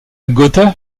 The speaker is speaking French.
gotha